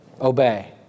obey